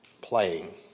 playing